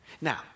Now